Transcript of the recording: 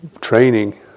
training